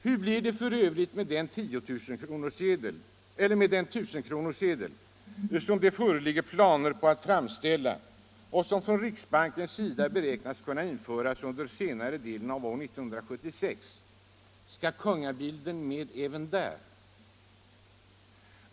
Hur blir det f. ö. med den 1 000-kronorssedel som det föreligger planer på att framställa och som riksbanken beräknar skall kunna införas under senare delen av år 1976? Skall kungabilden med även där?